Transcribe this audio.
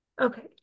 Okay